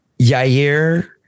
Yair